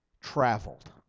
traveled